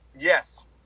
Yes